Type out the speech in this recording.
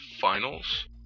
Finals